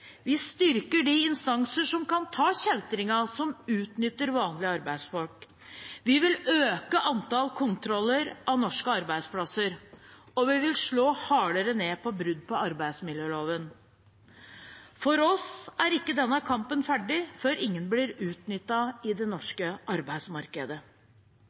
Vi styrker de instanser som kan ta kjeltringene som utnytter vanlige arbeidsfolk. Vi vil øke antall kontroller av norske arbeidsplasser, og vi vil slå hardere ned på brudd på arbeidsmiljøloven. For oss er ikke denne kampen ferdig før ingen blir utnyttet i det